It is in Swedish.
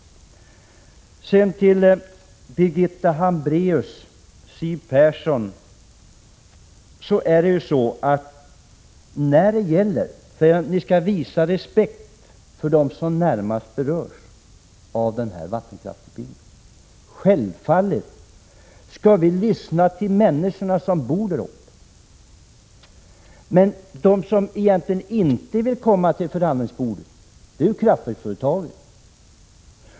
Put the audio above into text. Sedan till Birgitta Hambraeus och Siw Persson som säger: Ni skall visa respekt för dem som närmast berörs av den här vattenkraftsutbyggnaden. Självfallet skall vi lyssna på de människor som bor där uppe. Men de som egentligen inte vill komma till förhandlingsbordet är företrädarna för kraftverksföretagen.